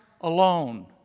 alone